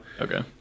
Okay